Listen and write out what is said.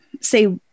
say